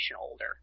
older